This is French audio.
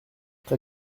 très